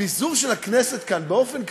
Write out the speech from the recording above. הפיזור של הכנסת כאן באופן,